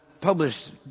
published